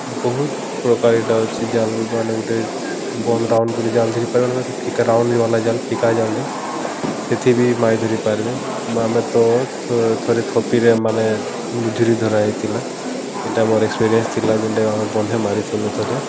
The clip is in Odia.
ବହୁତ୍ ପ୍ରକାର୍ ଇଟା ଅଛେ ଜାଲ୍ମାନେ ଗୁଟେ ବନ୍ଦ୍ ରାଉଣ୍ଡ୍ କରି ଜାଲ୍ ଧରି ପାରିବେ ନା ସେ ଫିକା ରାଉଣ୍ଡ୍ବାଲା ଜାଲ୍ ଫିକା ଜାଲ୍ ଯେନ୍ ସେଥି ବି ମାଛ୍ ଧରି ପାର୍ବେ ଆମେ ତ ଥରେ ଥପିରେ ମାନେ ବୁଝୁରୀ ଧରା ହେଇଥିଲା ଇଟା ମୋର୍ ଏକ୍ସପିରିଏନ୍ସ ଥିଲା ଯେନ୍ଟା ଆମେ ବନ୍ଧେ ମାରିଥିନୁ ଥରେ